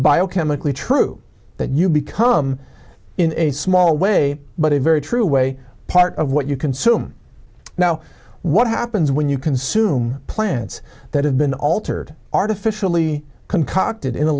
biochemically true that you become in a small way but a very true way part of what you consume now what happens when you consume plants that have been altered artificially concocted in